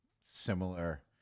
similar